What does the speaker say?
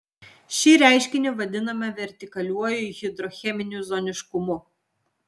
šį reiškinį vadiname vertikaliuoju hidrocheminiu zoniškumu